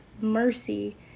mercy